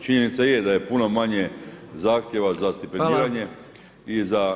Činjenica je da je puno manje zahtjeva za stipendiranje i za